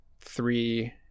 three